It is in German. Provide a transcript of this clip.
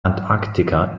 antarktika